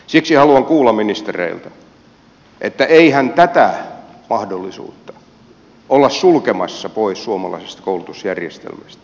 siksi haluan kuulla ministereiltä että eihän tätä mahdollisuutta olla sulkemassa pois suomalaisesta koulutusjärjestelmästä